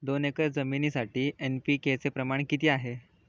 दोन एकर शेतजमिनीसाठी एन.पी.के चे प्रमाण किती आहे?